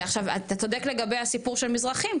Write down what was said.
אתה צודק לגבי הסיפור של מזרחים,